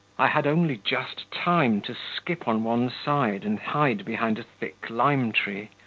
i had only just time to skip on one side and hide behind a thick lime-tree.